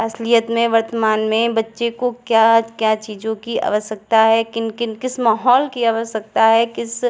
असलियत में वर्तमान में बच्चे को क्या क्या चीज़ों की आवश्यकता है किन किन किस माहौल की आवश्यकता है किस